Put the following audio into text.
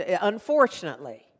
unfortunately